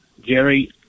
Jerry